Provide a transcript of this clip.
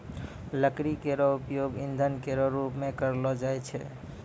लकड़ी केरो उपयोग ईंधन केरो रूप मे करलो जाय छै